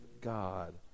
God